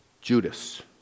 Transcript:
Judas